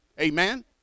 Amen